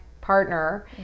partner